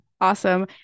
Awesome